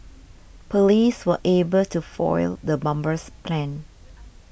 police were able to foil the bomber's plans